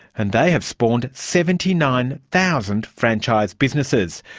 and they have spawned seventy nine thousand franchise businesses.